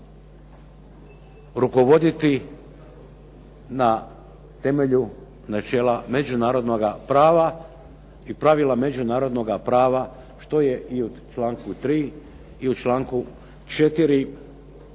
rukovoditi na temelju načela međunarodnoga prava i pravila međunarodnoga prava što je i u članku 3. i u članku 4.